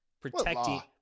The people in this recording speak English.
protecting